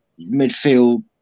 midfield